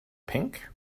pink